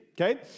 okay